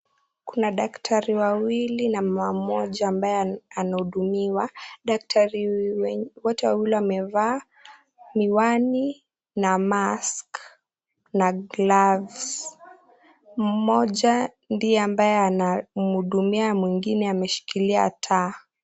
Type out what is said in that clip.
Kuna daktari wawili na mama mmoja ambaye anahudumiwa. Daktari wote wawili wamevaa miwani na mask na gloves moja ndiye ambaye anahudumia mwingine ameshikilia taa.